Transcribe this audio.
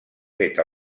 fet